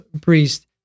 priest